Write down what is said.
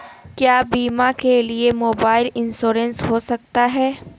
क्या बीमा के लिए मोबाइल इंश्योरेंस हो सकता है?